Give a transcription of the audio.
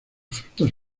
frutas